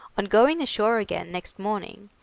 on going ashore again next morning,